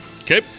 Okay